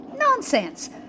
Nonsense